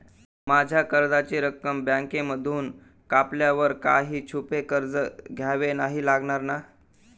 माझ्या कर्जाची रक्कम बँकेमधून कापल्यावर काही छुपे खर्च द्यावे नाही लागणार ना?